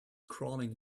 crawling